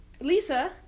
Lisa